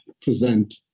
present